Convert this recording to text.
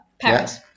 Paris